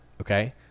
okay